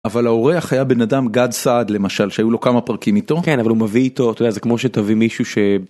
אבל האורח היה בן אדם גד סעד למשל שהיו לו כמה פרקים איתו כן אבל הוא מביא איתו אותו איזה כמו שתביא מישהו.